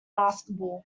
basketball